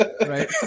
right